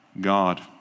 God